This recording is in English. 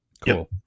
cool